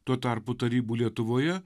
tuo tarpu tarybų lietuvoje